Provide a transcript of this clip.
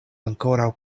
ankoraŭ